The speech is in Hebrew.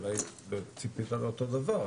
אולי ציפית לאותו דבר,